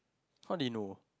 how did he know